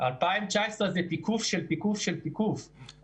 2019 זה תיקוף של תיקוף של תיקוף.